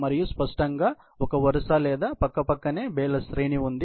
మరియు స్పష్టంగా ఒక వరుస లేదా పక్కపక్కనే బేల శ్రేణి ఉంది